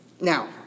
Now